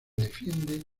defiende